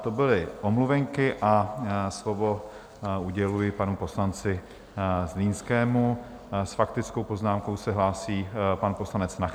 To byly omluvenky a slovo uděluji panu poslanci Zlínskému, s faktickou poznámkou se hlásí pan poslanec Nacher.